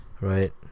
right